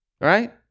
Right